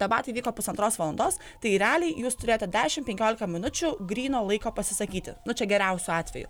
debatai vyko pusantros valandos tai realiai jūs turėjote dešim penkiolika minučių gryno laiko pasisakyti nu čia geriausiu atveju